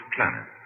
Planet